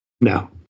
No